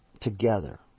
together